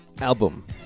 album